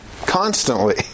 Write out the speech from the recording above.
constantly